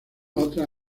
otras